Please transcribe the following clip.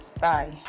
bye